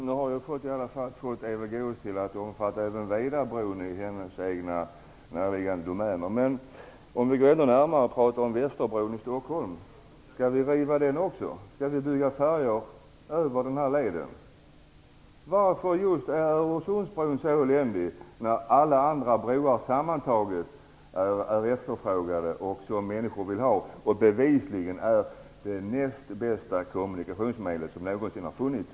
Herr talman! Jag har nu fått Eva Goës att acceptera även Vedabron uppe i hennes härliga hemtrakter. Men låt oss tala om något mera närbeläget, nämligen Västerbron i Stockholm. Skall vi riva också den? Skall vi behöva sätta in färjor där i stället? Varför är just Öresundsbron så eländig, när alla andra broar är så efterfrågade? Det gäller här användningen av det bevisligen näst bästa kommunikationsmedel som någonsin har funnits.